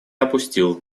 опустил